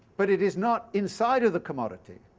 but it is not inside of the commodity.